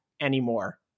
anymore